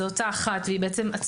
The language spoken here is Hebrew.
זאת אותה אחת והיא עצמאית,